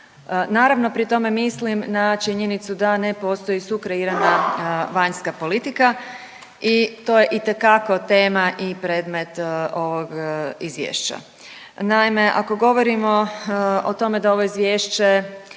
Naravno, pri tome mislim na činjenicu da ne postoji sukreirana vanjska politika i to je itekako tema i predmet ovog izvješća. Naime, ako govorimo o tome da ovo izvješće